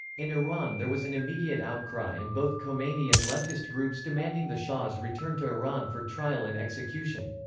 in iran there was an immediate outcry and both khomeini and leftist groups demanding the shah's return to iran for trial and execution.